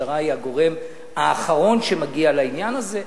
המשטרה היא הגורם האחרון שמגיע לעניין הזה.